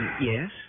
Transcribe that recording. Yes